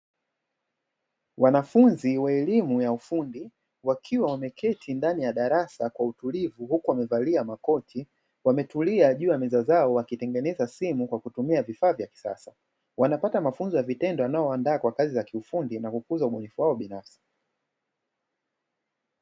Wanafunzi wa elimu ya ufundi wakiwa wameketi ndani ya darasa kwa utulivu, huku wakiwa wamevalia makoti wametulia juu ya meza zao wakitengeneza simu kwa kutumia vifaa vya kisasa. Wanapata mafunzo ya vitendo yanayowaandaa kwa kazi za kiufundi na kukuza vipaji vyao binafsi.